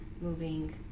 moving